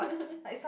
like some